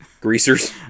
greasers